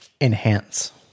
enhance